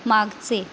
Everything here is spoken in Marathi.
मागचे